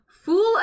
Fool